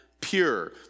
pure